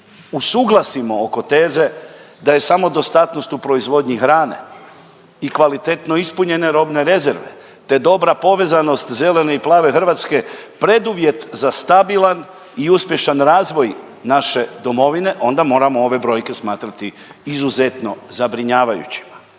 usuglasimo oko teze da je samodostatnost u proizvodnji hrane i kvalitetno ispunjene robne rezerve te dobra povezanost zelene i plave Hrvatske preduvjet za stabilan i uspješan razvoj naše domovine onda moramo ove brojke smatrati izuzetno zabrinjavajućima.